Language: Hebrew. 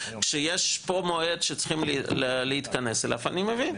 כשיש מועד שצריכים להתכנס אליו אני מבין,